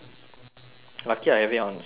lucky I have it on google slides